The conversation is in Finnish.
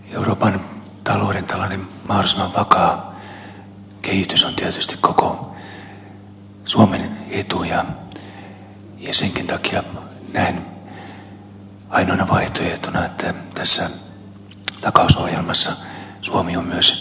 euroopan talouden mahdollisimman vakaa kehitys on tietysti koko suomen etu ja senkin takia näen ainoana vaihtoehtona että tässä takausohjelmassa suomi on myös mukana